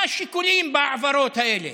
מה השיקולים בהעברות האלה,